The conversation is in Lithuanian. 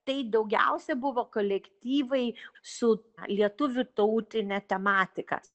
tai daugiausia buvo kolektyvai su lietuvių tautine tematika